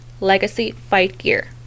LegacyFightGear